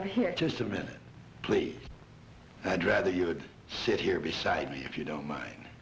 of here just a minute please i'd rather you would sit here beside me if you don't mind